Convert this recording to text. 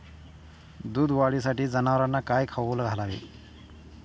दूध वाढीसाठी जनावरांना काय खाऊ घालावे?